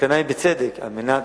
התקנה היא בצדק, על מנת